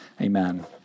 Amen